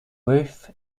roof